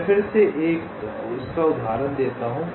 मैं फिर से इसका उदाहरण देता हूं